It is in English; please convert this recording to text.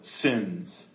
sins